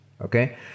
okay